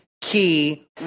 key